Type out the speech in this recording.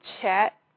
chat